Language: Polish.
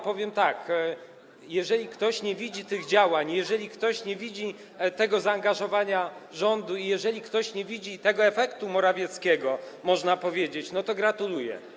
Powiem tak: jeżeli ktoś nie widzi tych działań, jeżeli ktoś nie widzi tego zaangażowania rządu i jeżeli ktoś nie widzi tego efektu Morawieckiego, można tak powiedzieć, to gratuluję.